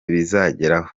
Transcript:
bizageraho